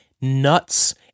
nuts